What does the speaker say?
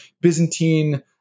Byzantine